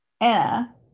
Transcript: Anna